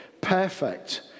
Perfect